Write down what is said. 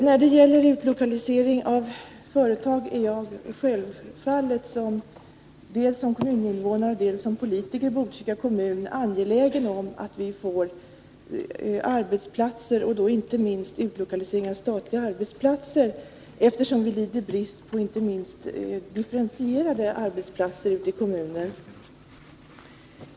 När det gäller utlokalisering av företag är jag självfallet — dels som kommuninvånare, dels som politiker i Botkyrka — angelägen om att vi får arbetsplatser och då inte minst utlokalisering av statliga arbetsplatser, eftersom vi lider brist inte minst på differentierade arbetsplatser.